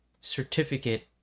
certificate